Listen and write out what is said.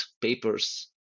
papers